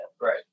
right